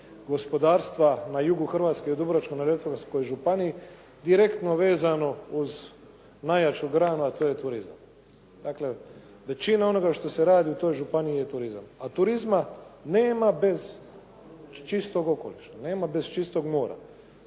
gospodarstva na jugu Hrvatske i u Dubrovačko-neretvanskoj županiji direktno vezano uz najjaču granu, a to je turizam. Dakle, većina onoga što se radi u toj županiji je turizam. A turizma nema vez čistog okoliša, nema bez čistog mora.